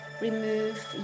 Remove